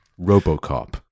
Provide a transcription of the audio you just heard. Robocop